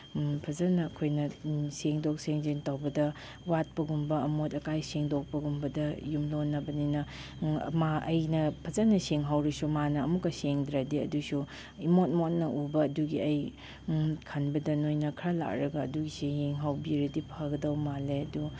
ꯐꯖꯅ ꯑꯩꯈꯣꯏꯅ ꯁꯦꯡꯗꯣꯛ ꯁꯦꯡꯖꯤꯟ ꯇꯧꯕꯗ ꯋꯥꯠꯄꯒꯨꯝꯕ ꯑꯃꯣꯠ ꯑꯀꯥꯏ ꯁꯦꯡꯗꯣꯛꯄꯒꯨꯝꯕꯗ ꯌꯨꯝꯂꯣꯟꯅꯕꯅꯤꯅ ꯃꯥ ꯑꯩꯅ ꯐꯖꯅ ꯁꯦꯡꯍꯧꯔꯁꯨ ꯃꯥꯅ ꯑꯃꯨꯛꯀ ꯁꯦꯡꯗ꯭ꯔꯗꯤ ꯑꯗꯨꯁꯨ ꯏꯃꯣꯠ ꯃꯣꯠꯅ ꯎꯕ ꯑꯗꯨꯒꯤ ꯑꯩ ꯈꯟꯕꯗ ꯅꯣꯏꯅ ꯈꯔ ꯂꯥꯛꯂꯒ ꯑꯗꯨꯁꯦ ꯌꯦꯡꯍꯧꯕꯤꯔꯗꯤ ꯐꯒꯗꯧ ꯃꯥꯜꯂꯦ ꯑꯗꯨ